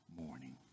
morning